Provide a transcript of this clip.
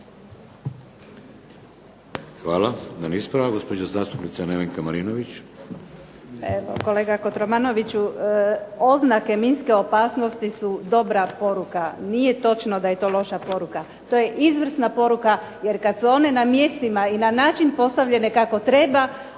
Hvala. Jedan ispravak gospođa zastupnica Nevenka Marinović. **Marinović, Nevenka (HDZ)** Kolega Kotromanoviću oznake minske opasnosti su dobra poruka. Nije točno da je to loša poruka. To je izvrsna poruka, jer kada su one na mjestima i na način postavljene kako treba,